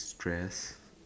stress